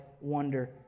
wonder